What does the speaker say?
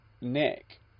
Nick